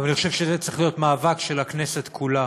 אבל אני חושב שזה צריך להיות מאבק של הכנסת כולה.